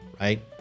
right